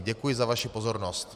Děkuji za vaši pozornost.